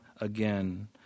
again